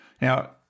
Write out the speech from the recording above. now